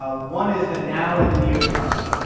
ah one is the now and the near term.